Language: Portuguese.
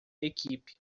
equipe